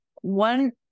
One